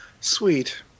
sweet